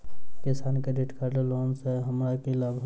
किसान credit card लेला सऽ हमरा की लाभ?